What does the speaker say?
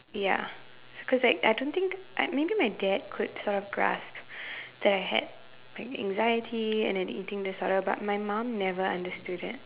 ya cause that I don't think like maybe my dad could sort of grasp that I had like anxiety and an eating disorder but my mom never understood that